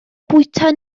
bwyta